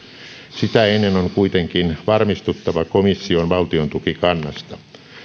sitä ennen on kuitenkin varmistuttava komission valtiontukikannasta